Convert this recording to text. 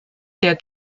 der